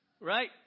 Right